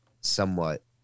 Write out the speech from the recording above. somewhat